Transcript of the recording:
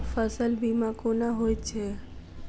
फसल बीमा कोना होइत छै?